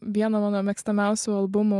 vieno mano mėgstamiausių albumų